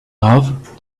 love